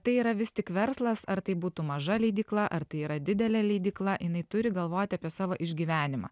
tai yra vis tik verslas ar tai būtų maža leidykla ar tai yra didelė leidykla jinai turi galvoti apie savo išgyvenimą